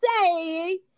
say